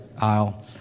aisle